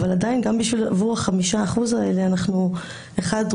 אבל עדיין גם עבור ה-5% האלה אנחנו רוצים,